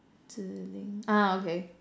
zhi ling ah okay